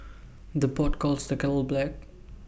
the pot calls the kettle black